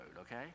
okay